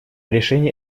решения